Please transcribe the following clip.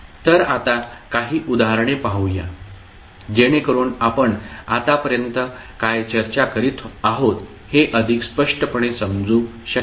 तर आता काही उदाहरणे पाहू या जेणेकरुन आपण आतापर्यंत काय चर्चा करीत आहोत हे अधिक स्पष्टपणे समजू शकेल